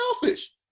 selfish